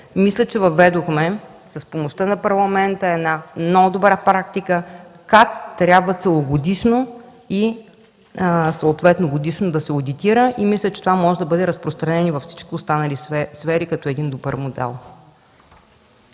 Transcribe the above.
одитирани. Въведохме, с помощта на Парламента, много добра практика как трябва целогодишно и съответно годишно да се одитира – мисля, че това може да бъде разпространено в останалите сфери като един добър модел.